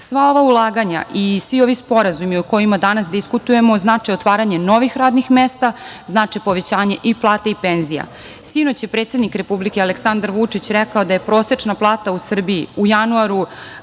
ova ulaganja i svi ovi sporazumi o kojima danas diskutujemo znače otvaranje novih radnih mesta, znače povećanje i plata i penzija. Sinoć je predsednik Republike Aleksandar Vučić rekao da će prosečna plata u Srbiji u januaru